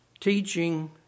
teaching